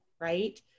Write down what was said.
right